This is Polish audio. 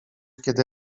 kiedy